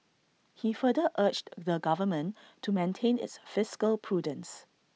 he further urged the government to maintain its fiscal prudence